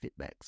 feedbacks